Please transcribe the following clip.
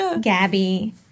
Gabby